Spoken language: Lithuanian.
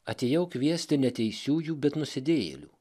atėjau kviesti ne teisiųjų bet nusidėjėlių